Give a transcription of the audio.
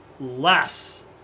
less